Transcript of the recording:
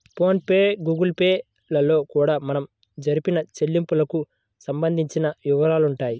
phone pay Google pay లలో కూడా మనం జరిపిన చెల్లింపులకు సంబంధించిన వివరాలుంటాయి